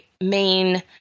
main